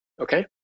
okay